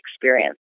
experience